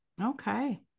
Okay